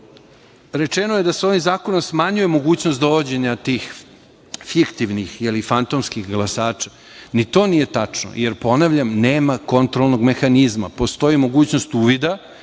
je da se ovim zakonom smanjuje mogućnost dovođenja tih fiktivnih ili fantomskih glasača. Ni to nije tačno, jer ponavljam, nema kontrolnog mehanizma. Postoji mogućnost uvida